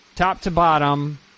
Top-to-bottom